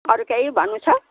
अरू केही भन्नु छ